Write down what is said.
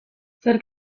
zerk